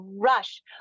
rush